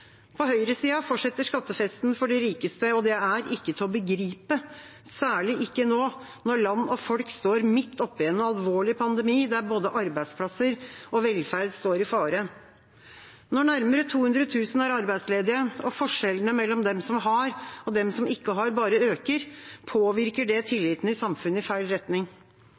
På høyresida fortsetter skattefesten for de rikeste. Det er ikke til å begripe, særlig ikke nå når land og folk står midt oppe i en alvorlig pandemi der både arbeidsplasser og velferd står i fare. Når nærmere 200 000 er arbeidsledige og forskjellene mellom dem som har, og dem som ikke har, bare øker, påvirker det tilliten i samfunnet i feil retning.